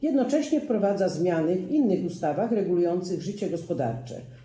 Jednocześnie wprowadza zmiany w innych ustawach regulujących życie gospodarcze.